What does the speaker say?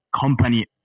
company